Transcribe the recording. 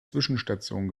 zwischenstation